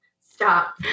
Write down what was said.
stop